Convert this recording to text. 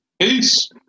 Peace